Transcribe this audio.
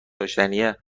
داشتنیه